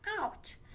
out